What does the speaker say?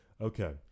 Okay